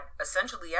essentially